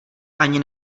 ani